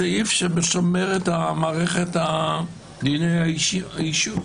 בסעיף שמשמר את מערכת דיני האישות,